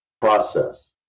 process